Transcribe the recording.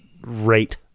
rate